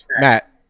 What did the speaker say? Matt